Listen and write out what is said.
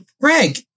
Greg